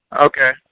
Okay